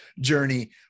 journey